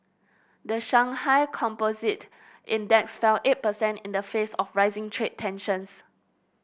the Shanghai Composite Index fell eight percent in the face of rising trade tensions